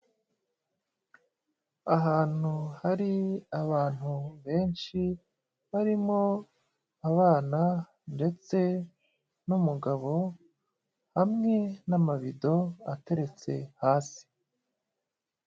Ahantu hari abantu benshi barimo abana ndetse n'umugabo hamwe n'amabido ateretse hasi.